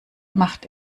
macht